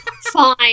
Fine